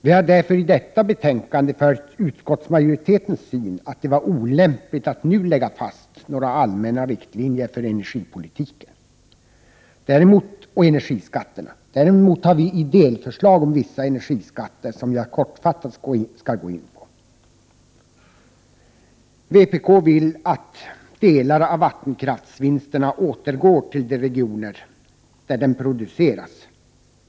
Vi har därför i detta betänkande följt utskottsmajoritetens uppfattning att det är olämpligt att nu lägga fast några allmänna riktlinjer för energipolitiken och energiskatterna. Däremot har vi delförslag om vissa energiskatter, som jag kortfattat skall gå in på. Vpk vill att delar av vattenkraftsvinsterna återgår till de regioner där vattenkraften produceras.